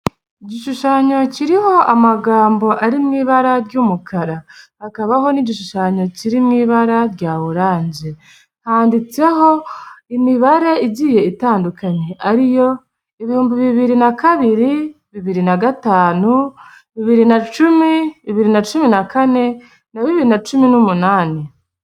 Igishushanyo kiriho amagambo ari mu ibara ry'umukara, hakabaho n'igishushanyo kiri mu ibara rya oranje, handitseho imibare igiye itandukanye ariyo ibihumbi bibiri na kabiri, bibiri na gatanu, bibiri na cumi, bibiri na cumi na kane na bibiri na bibiri na cumi n'umunani.